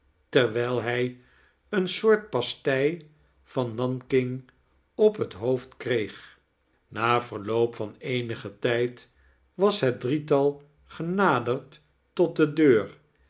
terwijl hij een soort pastei van nanking op het hoofd kreeg na verloop van eenigen tijd was het drietal genaderd tot de deur